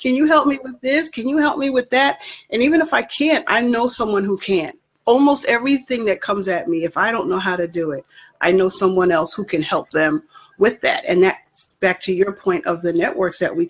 can you help me with this can you help me with that and even if i can't i know someone who can almost everything that comes at me if i don't know how to do it i know someone else who can help them with that and then it's back to your point of the networks that we